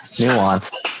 Nuance